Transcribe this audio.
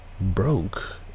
broke